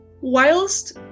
whilst